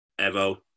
Evo